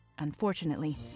Unfortunately